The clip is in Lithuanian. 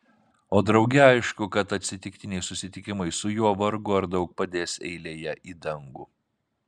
o drauge aišku kad atsitiktiniai susitikimai su juo vargu ar daug padės eilėje į dangų